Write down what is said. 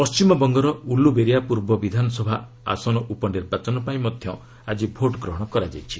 ପଣ୍ଟିମବଙ୍ଗର ଉଲୁବେରିଆ ପୂର୍ବ ବିଧାନସଭା ଆସନ ଉପନିର୍ବାଚନ ପାଇଁ ମଧ୍ୟ ଆଜି ଭୋଟ୍ଗ୍ରହଣ ହୋଇଛି